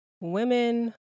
Women